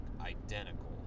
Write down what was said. identical